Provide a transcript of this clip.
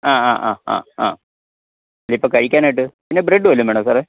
ആ ആ ആ ആ ആ ഇതിപ്പം കഴിക്കാനായിട്ട് പിന്നെ ബ്രെഡ്ഡ് വല്ലതും വേണോ സാറെ